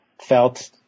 felt